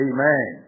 Amen